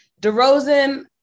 DeRozan